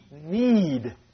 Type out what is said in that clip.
need